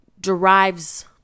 derives